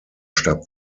starb